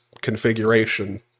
configuration